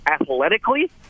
athletically